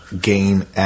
gain